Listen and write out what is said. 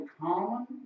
common